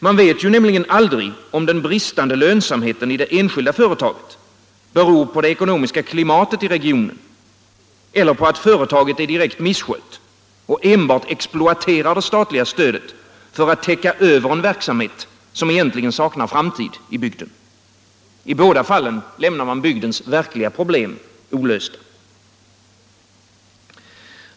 Man vet nämligen aldrig om den bristande lönsamheten i det enskilda företaget beror på det ekonomiska klimatet i regionen eller på att företaget är direkt misskött och bara exploaterar det statliga stödet för att täcka över en verksamhet som egentligen saknar framtid i bygden. I båda fallen lämnar man bygdens verkliga problem olösta.